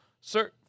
Sir